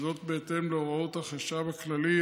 וזאת בהתאם להוראות החשב הכללי,